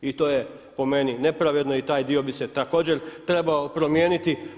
I to je po meni nepravedno i taj dio bi se također trebao promijeniti.